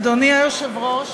אדוני היושב-ראש,